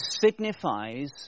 signifies